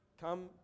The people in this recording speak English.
Come